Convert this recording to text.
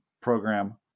program